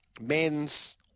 men's